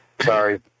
Sorry